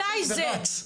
מתי זה?